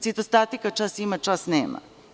Citostatika čas ima, čas nema.